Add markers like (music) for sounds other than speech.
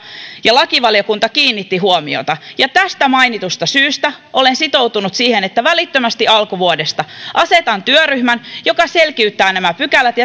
ja lakivaliokunta kiinnittivät huomiota ja tästä mainitusta syystä olen sitoutunut siihen että välittömästi alkuvuodesta asetan työryhmän joka selkiyttää nämä pykälät (unintelligible)